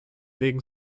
wegen